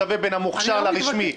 שווה בין המוכש"ר לרשמי.